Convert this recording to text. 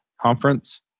conference